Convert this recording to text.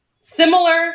similar